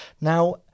now